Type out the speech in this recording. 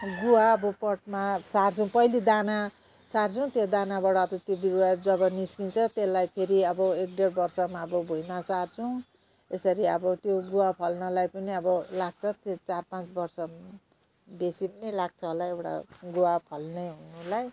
गुवा अब पटमा सार्छौँ पहिला दाना सार्छौँ त्यो दानाबाट अब त्यो बिरुवा जब निस्कन्छ त्यसलाई फेरि अब एक डेढ वर्षमा अब भुइँमा सार्छौँ यसरी अब त्यो गुवा फल्नलाई पनि अब लाग्छ चार पाँच वर्ष बेसी पनि लाग्छ होला एउटा गुवा फल्ने हुनुलाई